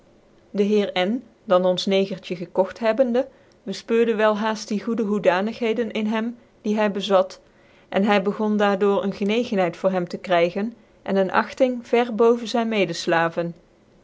dc heer n dan ons negertje gekogt hebbende befpeurde wclhaait die goede hoedanigheden in hem die hy bez it en hy begon daar door een genegendheid voor hem te krvgen en ccne agting verre boven zyne mede